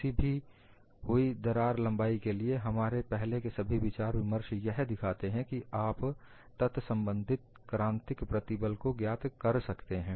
किसी भी हुई दरार लंबाई के लिए हमारे पहले के सभी विचार विमर्श यह दिखाते हैं कि आप तत्संबंधी क्रांतिक प्रतिबल को ज्ञात कर सकते हैं